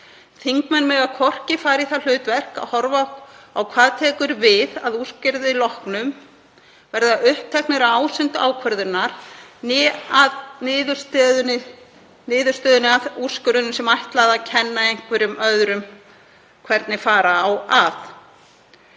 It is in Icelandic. Þingmenn mega hvorki fara í það hlutverk að horfa á hvað tekur við að úrskurði loknum, verða uppteknir af ásýnd ákvörðunar né að niðurstöðunni af úrskurðinum sé ætlað að kenna einhverjum öðrum hvernig fara eigi að.